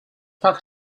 pat